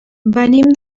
venim